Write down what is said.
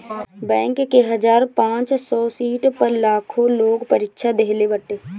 bank के हजार पांच सौ सीट पअ लाखो लोग परीक्षा देहले बाटे